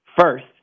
first